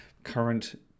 current